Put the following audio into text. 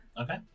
Okay